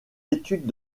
études